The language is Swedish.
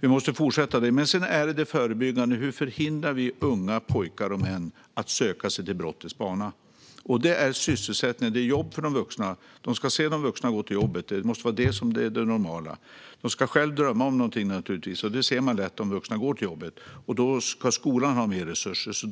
Det andra är det förebyggande, hur vi förhindrar att unga pojkar och män söker sig till brottets bana. Då är det sysselsättning, jobb för de vuxna, som gäller. De ska se de vuxna gå till jobbet. Det måste vara det som är det normala. De ska naturligtvis själva drömma om någonting, och det gör man lätt om man ser de vuxna gå till jobbet. Skolan ska därför ha mer resurser.